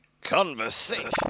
Conversation